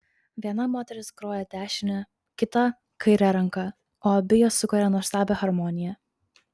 viena moteris groja dešine kita kaire ranka o abi jos sukuria nuostabią harmoniją